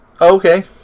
Okay